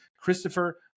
Christopher